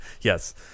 Yes